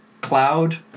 Cloud